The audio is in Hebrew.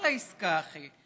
אחלה עסקה, אחי.